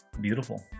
beautiful